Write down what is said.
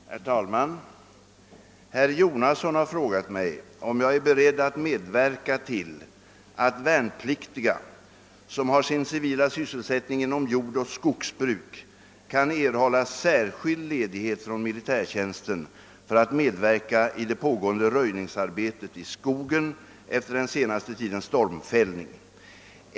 Herr talman! Herr Jonasson har frågat mig om jag är beredd att medverka till att värnpliktiga, som har sin civila sysselsättning inom jordoch skogsbruk, kan erhålla särskild ledighet från militärtjänsten för att medverka i det pågående röjningsarbetet i skogen efter den senaste tidens stormfällning.